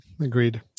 agreed